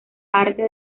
arte